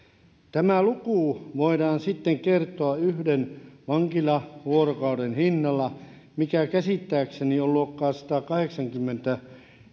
tämä luku voidaan sitten kertoa yhden vankilavuorokauden hinnalla mikä käsittääkseni on luokkaa satakahdeksankymmentä